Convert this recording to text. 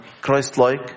Christ-like